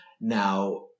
Now